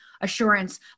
assurance